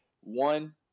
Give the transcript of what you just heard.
one